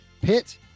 pit